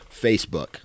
facebook